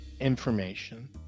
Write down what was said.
information